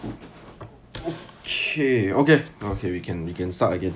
!chey! okay okay we can we can start again